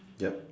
yup